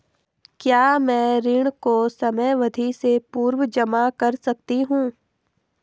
क्या मैं ऋण को समयावधि से पूर्व जमा कर सकती हूँ?